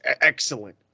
excellent